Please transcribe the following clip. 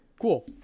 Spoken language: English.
cool